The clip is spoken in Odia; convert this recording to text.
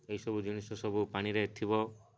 ଏହିସବୁ ଜିନିଷ ସବୁ ପାଣିରେ ଥିବ